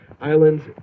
islands